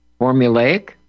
formulaic